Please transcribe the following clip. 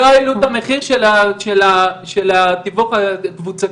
לא העלו את המחיר של התיווך הקבוצתי.